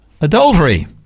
adultery